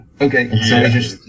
Okay